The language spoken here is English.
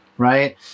right